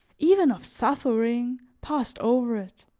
even of suffering, passed over it.